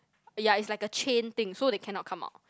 ya it's like a chain thing so they cannot come out